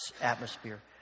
atmosphere